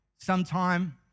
sometime